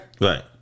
Right